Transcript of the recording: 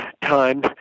time